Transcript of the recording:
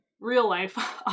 real-life